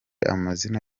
amazina